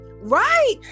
right